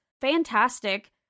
fantastic